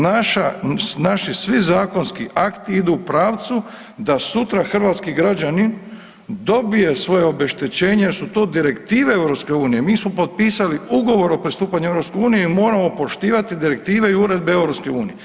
Naša, naši svi zakonski akti idu u pravcu da sutra hrvatski građanin dobije svoje obeštećenje jer su to direktive EU, mi smo potpisali ugovor o pristupanju EU i moramo poštivati direktive i uredbe EU.